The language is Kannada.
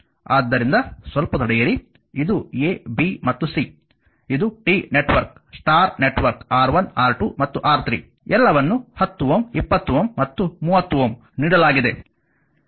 ಆದ್ದರಿಂದ ಸ್ವಲ್ಪ ತಡೆಯಿರಿ ಇದು a b ಮತ್ತು c ಇದು T network star network R1 R2 ಮತ್ತು R3 ಎಲ್ಲವನ್ನು 10 Ω 20Ω ಮತ್ತು 30 Ω ನೀಡಲಾಗಿದೆ